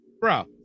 Bro